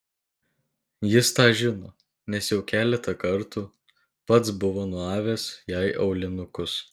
jis tą žino nes jau keletą kartų pats buvo nuavęs jai aulinukus